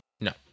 No